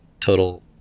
total